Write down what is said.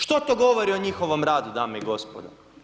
Što to govori o njihovom radu, dame i gospodo?